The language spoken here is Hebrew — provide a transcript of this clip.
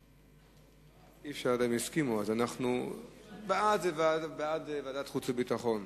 בעד, זה לוועדת החוץ והביטחון.